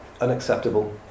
unacceptable